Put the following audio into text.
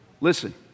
listen